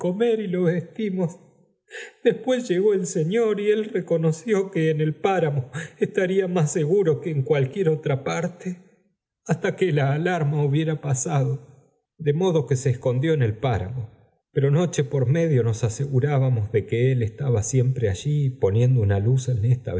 y lo vestimos después llegó el señor y él reconoció que en el páramo estaría más seguro que en cualquier otra parte hasta que la alarma hubiera pasado de modo que be escondió en el páramo pero noche por medio nos asegurábamos de que él estaba siempre allí poniendo una luz en